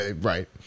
right